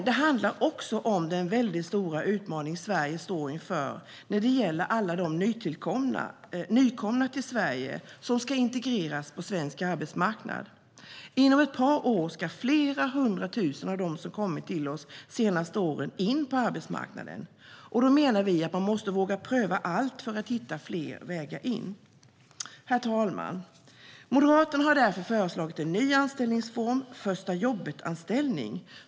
Det handlar dock också om den väldigt stora utmaning Sverige står inför när det gäller alla de nykomna till Sverige som ska integreras på svensk arbetsmarknad. Inom ett par år ska flera hundratusen som har kommit till oss de senaste åren in på arbetsmarknaden. Då menar vi att man måste våga pröva allt för att hitta fler vägar in. Herr talman! Moderaterna har därför föreslagit en ny anställningsform: förstajobbetanställning.